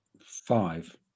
Five